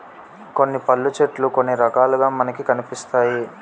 కొన్ని పళ్ళు చెట్లు కొన్ని రకాలుగా మనకి కనిపిస్తాయి